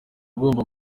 ugomba